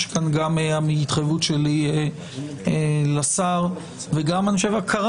יש כאן גם התחייבות שלי לשר, וגם הכרה.